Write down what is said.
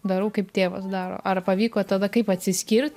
darau kaip tėvas daro ar pavyko tada kaip atsiskirt